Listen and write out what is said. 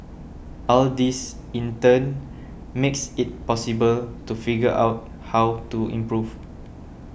all this in turn makes it possible to figure out how to improve